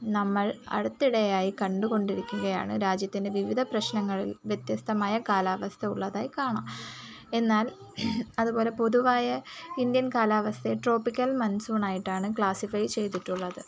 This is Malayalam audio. നമ്മൾ അടുത്തിടെയായി കണ്ടുകൊണ്ടിരിക്കുകയാണ് രാജ്യത്തിൻ്റെ വിവിധ പ്രശ്നങ്ങളിൽ വ്യത്യസ്തമായ കാലാവസ്ഥ ഉള്ളതായി കാണാം എന്നാൽ അതുപോലെ പൊതുവായ ഇന്ത്യൻ കാലാവസ്ഥയെ ട്രോപ്പിക്കൽ മൺസൂണായിട്ടാണ് ക്ലാസ്സിഫൈ ചെയ്തിട്ടുള്ളത്